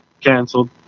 canceled